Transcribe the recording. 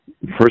First